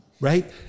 right